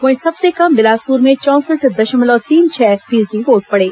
वहीं सबसे कम बिलासपूर में चौसठ दशमलव तीन छह फीसदी वोट पड़े